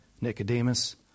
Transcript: Nicodemus